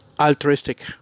altruistic